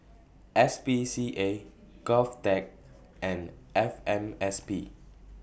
S P C A Govtech and F M S P